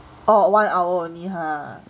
orh one hour only ha